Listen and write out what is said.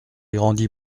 grandi